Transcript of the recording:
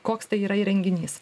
koks tai yra įrenginys